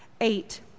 Eight